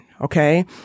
Okay